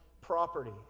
property